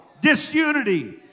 disunity